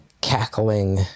cackling